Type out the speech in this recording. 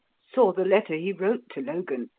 saw the letter he wrote to logan.